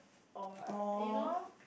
or you know